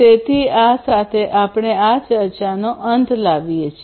તેથી આ સાથે આપણે આ ચર્ચાનો અંત લાવીએ છીએ